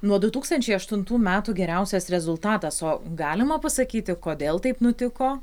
nuo du tūkstančiai aštuntų metų geriausias rezultatas o galima pasakyti kodėl taip nutiko